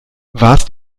warst